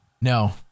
No